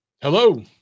hello